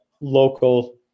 local